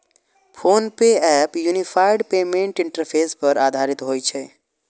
PhonePe app unified payments interface पर आधारित होइ छै